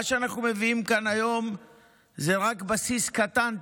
מה שאנחנו מביאים כאן היום זה רק בסיס קטן,